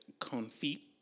confit